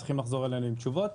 הם צריכים לחזור אלינו עם תשובות.